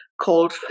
called